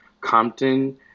Compton